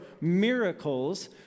miracles